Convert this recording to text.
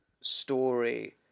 story